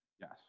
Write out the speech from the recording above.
Yes